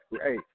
Hey